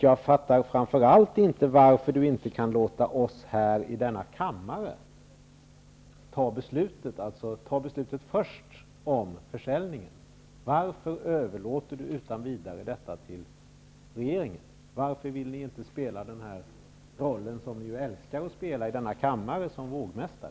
Jag fattar framför allt inte varför Bengt Dalström inte kan låta oss i denna kammare fatta beslutet om försäljning först. Varför överlåter Bengt Dalström utan vidare detta till regeringen? Varför vill ni inte spela den roll som ni älskar att spela i denna kammare, rollen som vågmästare?